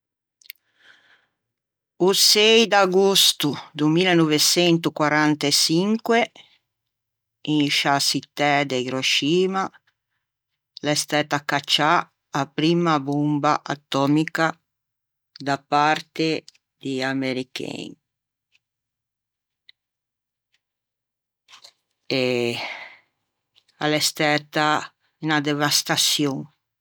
O sei d'agosto do mileneuveçentoquaranteçinque in sciâ çittæ de Hiroshima l'é stæta cacciâ a primma bomba atomica da parte di americhen. E a l'é stæta 'na devastaçion.